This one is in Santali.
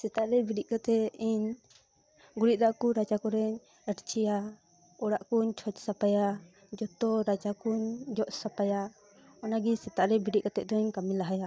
ᱥᱮᱛᱟᱜ ᱨᱮ ᱵᱮᱨᱮᱫ ᱠᱟᱛᱮᱫ ᱤᱧ ᱜᱩᱨᱤᱡ ᱫᱟᱜ ᱠᱚ ᱨᱟᱪᱟ ᱠᱚᱨᱮ ᱤᱨᱪᱤᱭᱟ ᱚᱲᱟᱜ ᱠᱚᱧ ᱪᱷᱚᱸᱪ ᱥᱟᱯᱷᱟᱭᱟ ᱡᱚᱛᱚ ᱨᱟᱪᱟ ᱠᱚᱧ ᱡᱚᱜ ᱥᱟᱯᱷᱟᱭᱟ ᱚᱱᱟᱜᱮ ᱥᱮᱛᱟᱜ ᱨᱮ ᱵᱮᱨᱮᱫ ᱠᱟᱛᱮᱫ ᱫᱚᱧ ᱠᱟᱢᱤ ᱞᱟᱦᱟᱭᱟ